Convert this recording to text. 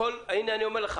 הנה, האני אומר לך